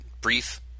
Brief